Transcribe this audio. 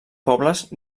pobles